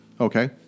Okay